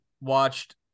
watched